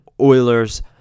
Oilers